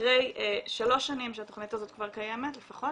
אחרי שלוש שנים שהתכנית הזאת כבר קיימת, לפחות?